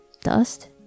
dust